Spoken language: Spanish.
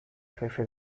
jefe